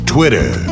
Twitter